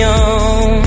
on